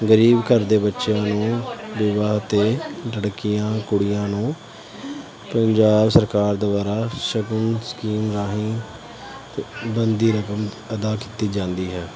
ਗਰੀਬ ਘਰ ਦੇ ਬੱਚਿਆਂ ਨੂੰ ਵਿਆਹ 'ਤੇ ਲੜਕੀਆਂ ਕੁੜੀਆਂ ਨੂੰ ਪੰਜਾਬ ਸਰਕਾਰ ਦੁਆਰਾ ਸ਼ਗਨ ਸਕੀਮ ਰਾਹੀਂ ਬਣਦੀ ਰਕਮ ਅਦਾ ਕੀਤੀ ਜਾਂਦੀ ਹੈ